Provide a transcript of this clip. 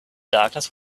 darkness